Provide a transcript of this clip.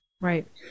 right